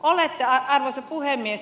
arvoisa puhemies